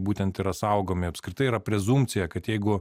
būtent yra saugomi apskritai yra prezumpcija kad jeigu